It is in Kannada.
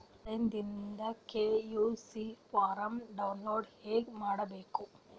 ಆನ್ ಲೈನ್ ದಿಂದ ಕೆ.ವೈ.ಸಿ ಫಾರಂ ಡೌನ್ಲೋಡ್ ಹೇಂಗ ಮಾಡಬೇಕು?